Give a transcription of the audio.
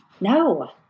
No